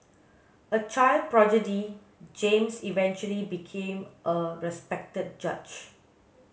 a child prodigy James eventually became a respected judge